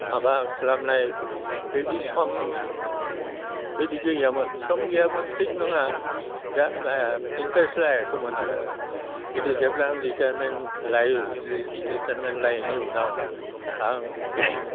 माबा खालामनाय बेबायदि सम बिदि गैयामोन सम गैयामोन थिग नङा इनटारेस्ट लायाखैमोन आरो आङो खिन्थु जेब्ला आं रिटायारमेन्ट लायो रिटारयारमेन्ट लानायनि उनाव आं